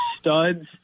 studs